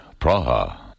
Praha